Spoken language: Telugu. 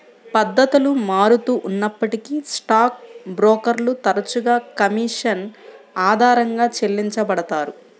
పద్ధతులు మారుతూ ఉన్నప్పటికీ స్టాక్ బ్రోకర్లు తరచుగా కమీషన్ ఆధారంగా చెల్లించబడతారు